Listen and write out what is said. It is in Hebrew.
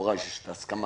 ולכאורה יש הסכמה,